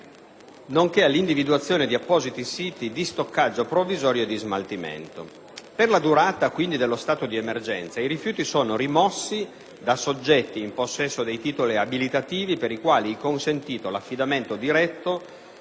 nonché all'individuazione di appositi siti di stoccaggio provvisori e di smaltimento. Per la durata dello stato di emergenza, quindi, i rifiuti sono rimossi da soggetti in possesso dei titoli abilitativi per i quali è consentito l'affidamento diretto,